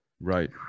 Right